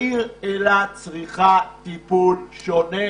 העיר אילת צריכה טיפול שונה,